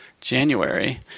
January